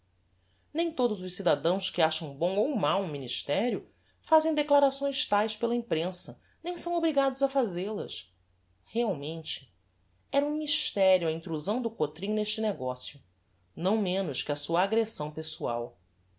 nem todos os cidadãos que acham bom ou mau um ministerio fazem declarações taes pela imprensa nem são obrigados a fazel as realmente era um mysterio a intrusão do cotrim neste negocio não menos que a sua aggressão pessoal